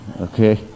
okay